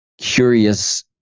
curious